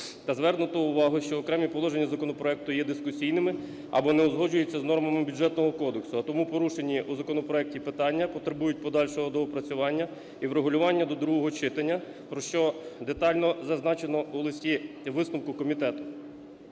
та звернуто уваго, що окремі положення законопроекту є дискусійними або не узгоджуються з нормами Бюджетного кодексу, а тому порушені у законопроекті питання потребують подальшого доопрацювання і врегулювання до другого читання, про що детально зазначено у листі висновку комітету.